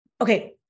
Okay